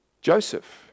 Joseph